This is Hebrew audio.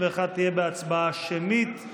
51 תהיה בהצבעה שמית.